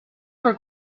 for